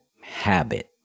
habit